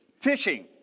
Fishing